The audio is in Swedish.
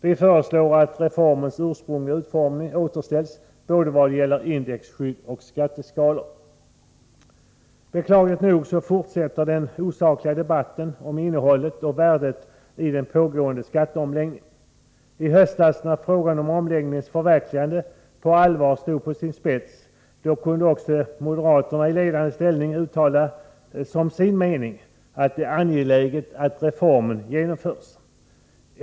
Vi föreslår att reformens ursprungliga utformning återställs både vad gäller indexskydd och vad gäller skatteskalor. Beklagligt nog fortsätter den osakliga debatten om innehållet i och värdet av den nu pågående skatteomläggningen. I höstas, när frågan om omläggningens förverkligande på allvar sattes på sin spets, kunde också moderater i ledande ställning uttala som sin mening ”att det är angeläget att reformen genomförs”.